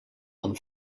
amb